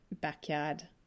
backyard